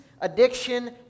addiction